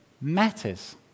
matters